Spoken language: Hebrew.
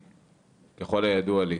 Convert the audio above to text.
ככל הידוע לי,